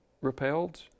repelled